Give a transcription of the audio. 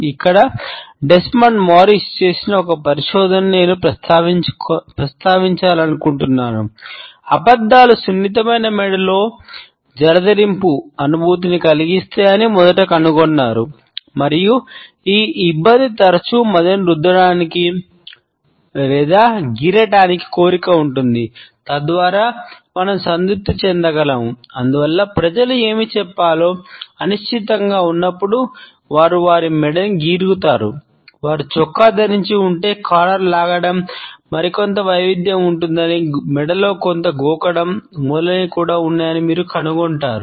ఇక్కడ Desmond Morris లాగడం యొక్క కొంత వైవిధ్యం ఉంటుందని మెడలో కొంత గోకడం మొదలైనవి కూడా ఉన్నాయని మీరు కనుగొంటారు